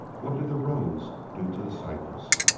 what did the rose do to the cypress?